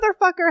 motherfucker